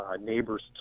Neighbors